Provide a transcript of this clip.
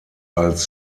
als